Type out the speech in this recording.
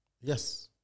yes